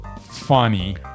funny